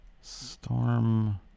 Storm